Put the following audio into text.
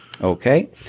Okay